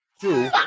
Two